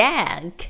Jack